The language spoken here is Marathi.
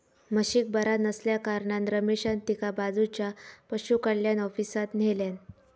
म्हशीक बरा नसल्याकारणान रमेशान तिका बाजूच्या पशुकल्याण ऑफिसात न्हेल्यान